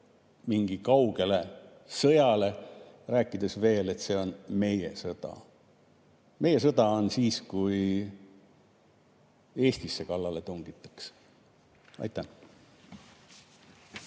mingile kaugele sõjale, rääkides seejuures, et see on meie sõda. Meie sõda on siis, kui Eestile kallale tungitakse. Aitäh!